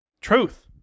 Truth